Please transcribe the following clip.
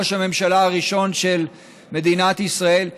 ראש הממשלה הראשון של מדינת ישראל,